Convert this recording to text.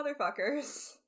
motherfuckers